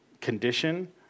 condition